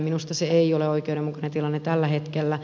minusta ei ole oikeudenmukainen tilanne tällä hetkellä